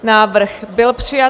Návrh byl přijat.